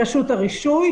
רשות הרישוי,